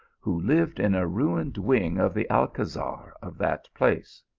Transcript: who lived in a ruined wing of the alcazar of that place.